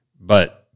but-